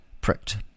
pricked